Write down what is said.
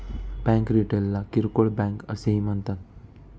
bank रिटेलला किरकोळ bank असेही म्हणतात